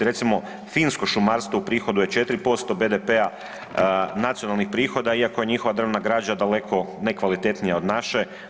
Recimo finsko šumarstvo uprihoduje 400% BDP-a, nacionalnih prihoda iako je njihova drvna građa daleko nekvalitetnija od naše.